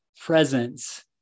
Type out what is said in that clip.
presence